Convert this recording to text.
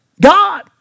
God